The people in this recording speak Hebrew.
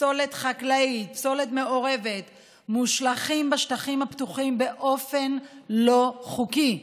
פסולת חקלאית ופסולת מעורבת מושלכים בשטחים הפתוחים באופן לא חוקי.